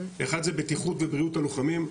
אחד זה בטיחות ובריאות הלוחמים.